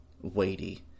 weighty